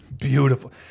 beautiful